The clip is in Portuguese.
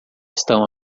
estão